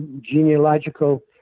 genealogical